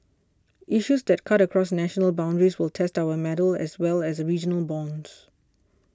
issues that cut across national boundaries will test our mettle as well as regional bonds